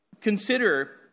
consider